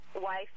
wife